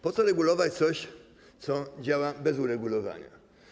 Po co regulować coś, co działa bez uregulowania?